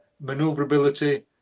maneuverability